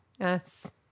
Yes